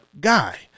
guy